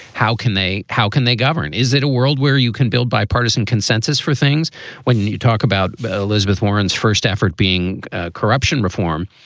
how can they how can they govern? is it a world where you can build bipartisan consensus for things when you talk about elizabeth warren's first effort being corruption, reform?